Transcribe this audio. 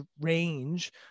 range